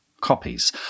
copies